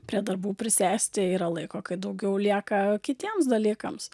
prie darbų prisėsti yra laiko kad daugiau lieka kitiems dalykams